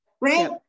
right